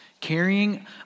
carrying